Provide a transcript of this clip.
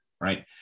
right